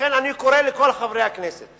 ולכן אני קורא לכל חברי הכנסת